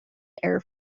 air